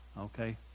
Okay